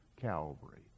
Calvary